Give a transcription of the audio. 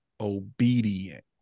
obedient